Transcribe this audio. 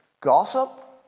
gossip